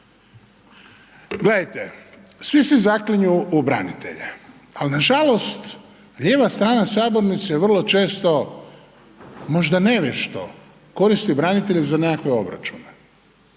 Gledajte, svi se zaklinju u branitelje, al nažalost lijeva strana sabornice vrlo često možda nevješto koristi branitelje za nekakve obračune,